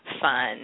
fun